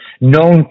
known